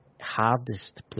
hardest